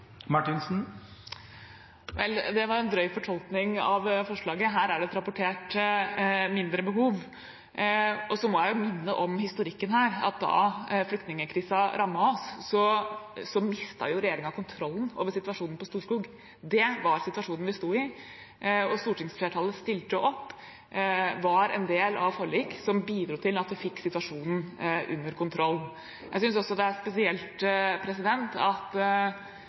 ulovlig? Vel, det var en drøy fortolkning av forslaget. Her er det et rapportert mindre behov. Jeg må minne om historikken her: Da flyktningkrisen rammet oss, mistet regjeringen kontrollen over situasjonen på Storskog. Det var situasjonen vi sto i. Stortingsflertallet stilte opp og var en del av et forlik som bidro til at vi fikk situasjonen under kontroll. Jeg synes også det er spesielt at